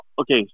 okay